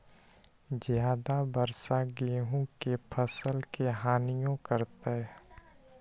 ज्यादा वर्षा गेंहू के फसल के हानियों करतै?